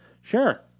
Sure